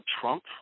Trump